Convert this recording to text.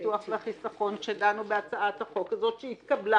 הביטוח והחיסכון כשדנו בהצעת החוק הזו שהתקבלה,